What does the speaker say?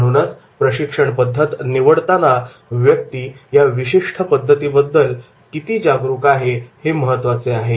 म्हणूनच प्रशिक्षण पद्धत निवडताना व्यक्ती या विशिष्ट पद्धती बद्दल किती जागरूक आहे हे महत्त्वाचे आहे